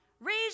raise